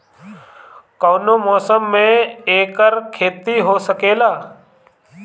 कवनो मौसम में एकर खेती हो सकेला